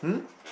mm